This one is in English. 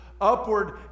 upward